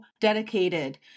dedicated